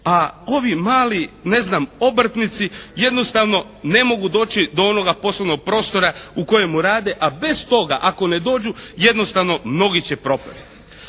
a ovi mali ne znam obrtnici jednostavno ne mogu doći do onoga poslovnog prostora u kojemu rade a bez toga ako ne dođu jednostavno mnogi će propasti.